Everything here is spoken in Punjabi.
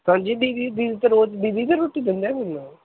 ਹਾਂਜੀ ਦੀਦੀ ਦੀਦੀ ਤਾਂ ਰੋਜ਼ ਦੀਦੀ ਫਿਰ ਰੋਟੀ ਦਿੰਦੇ ਮੈਨੂੰ